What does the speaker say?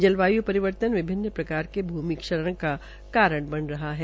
जलवाय् परिवर्तन विभिन्न प्रकार के भूमि क्षरण का कारण बन रहा है